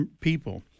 people